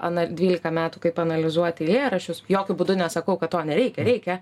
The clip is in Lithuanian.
aną dvylika metų kaip analizuoti eilėraščius jokiu būdu nesakau kad to nereikia reikia